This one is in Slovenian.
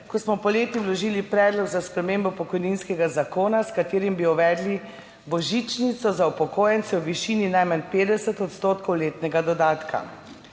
ko smo poleti vložili Predlog za spremembo pokojninskega zakona, s katerim bi uvedli božičnico za upokojence v višini najmanj 50 odstotkov letnega dodatka.